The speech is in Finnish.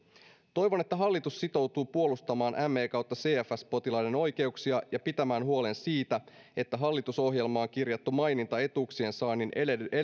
toivon että hallitus sitoutuu puolustamaan me cfs potilaiden oikeuksia ja pitämään huolen siitä että hallitusohjelmaan kirjattu maininta etuuksien saannin